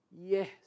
Yes